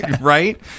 Right